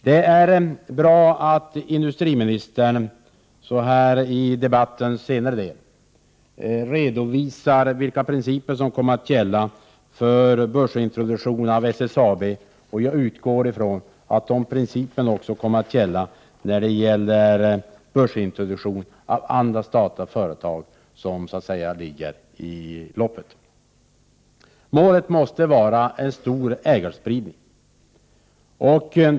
Det är bra att industriministern så här i debattens senare del redovisar vilka principer som kommer att gälla vid börsintroduktionen av SSAB. Jag utgår från att samma principer också kommer att gälla vid börsintroduktionen av andra statliga företag som ligger i loppet. Målet måste vara stor ägarspridning.